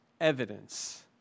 evidence